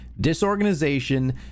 disorganization